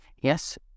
yes